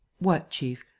what, chief?